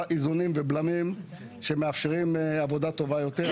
איזונים ובלמים שמאפשרים עבודה טובה יותר,